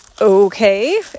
okay